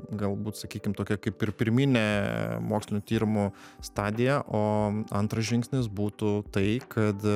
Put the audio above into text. galbūt sakykim tokia kaip ir pirminė mokslinių tyrimų stadija o antras žingsnis būtų tai kad